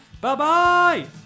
Bye-bye